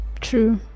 True